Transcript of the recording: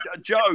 Joe